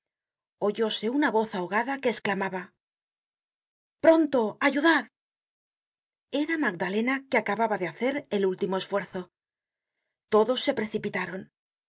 del carril oyóse una voz ahogada que esclamaba pronto ayudad era magdalena que acababa de hacer el último esfuerzo todos se precipitaron